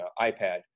iPad